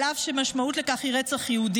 אף שהמשמעות של זה היא רצח יהודים.